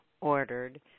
ordered